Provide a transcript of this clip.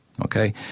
Okay